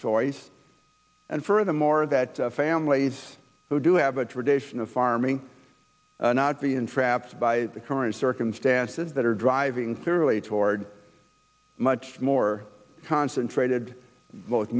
choice and furthermore that families who do have a tradition of farming not be entrapped by the current circumstances that are driving fairly toward much more concentrated